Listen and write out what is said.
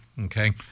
okay